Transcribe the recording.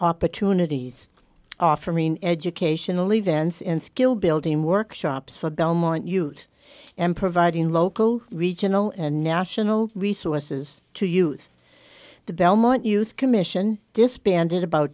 opportunities offering educational events and skill building workshops for belmont youth and providing local regional and national resources to use the belmont youth commission disbanded about